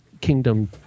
kingdom